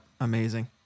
amazing